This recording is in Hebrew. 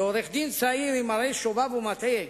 כעורך-דין צעיר עם מראה שובב ומטעה,